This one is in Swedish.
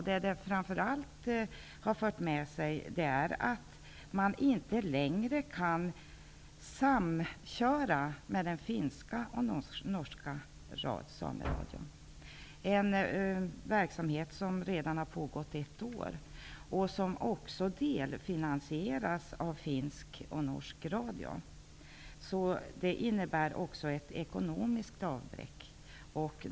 Detta har framför allt fört med sig att man inte längre kan samköra med den finska och norska Sameradion. Det är en verksamhet som redan har pågått ett år och som även delfinansieras av finsk och norsk radio. Det innebär också ett ekonomiskt avbräck.